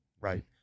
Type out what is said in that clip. right